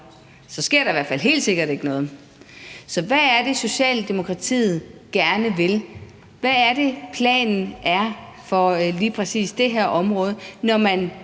sker der i hvert fald helt sikkert ikke noget. Så hvad er det, Socialdemokratiet gerne vil? Hvad er det, planen er for lige præcis det her område, når man